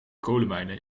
kolenmijnen